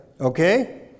Okay